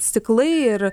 stiklai ir